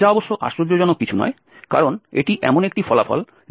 যা অবশ্য আশ্চর্যজনক কিছু নয়